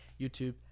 YouTube